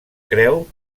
creu